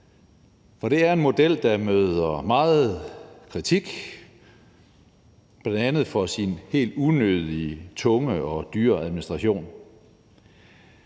for det er en model, der møder meget kritik, bl.a. for sin helt unødig tunge og dyre administration.